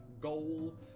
Goal